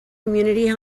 community